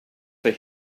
for